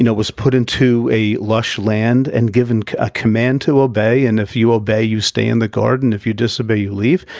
you know was put into a lush land and given a command to obey and if you obey, you stay in the garden if you disobey, you leave.